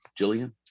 Jillian